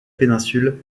péninsule